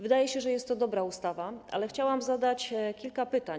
Wydaje się, że jest to dobra ustawa, ale chciałam zadać kilka pytań.